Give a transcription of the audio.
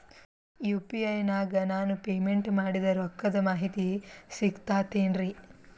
UPI ನಾಗ ನಾನು payment ಮಾಡಿದ ರೊಕ್ಕದ ಮಾಹಿತಿ ಸಿಕ್ತಾತೇನ್ರೀ?